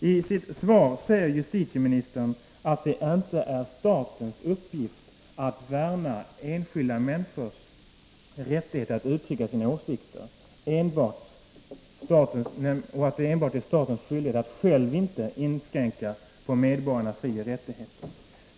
I sitt svar säger justitieministern att det inte är statens uppgift att värna enskilda människors rätt att uttrycka sina åsikter och att statens skyldighet enbart är att själv inte inskränka medborgarnas frioch rättigheter.